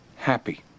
happy